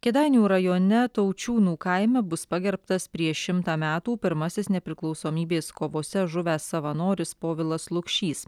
kėdainių rajone taučiūnų kaime bus pagerbtas prieš šimtą metų pirmasis nepriklausomybės kovose žuvęs savanoris povilas lukšys